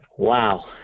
Wow